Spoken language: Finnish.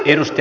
ennuste